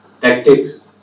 tactics